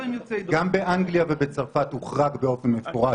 גם באנגליה ובצרפת האייקוס הוחרג באופן מפורש.